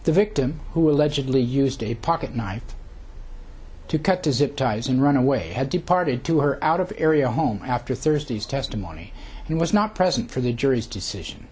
the victim who allegedly used a pocket knife to cut to zip ties and run away had departed to her out of area home after thursday's testimony and was not present for the jury's decision